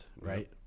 Right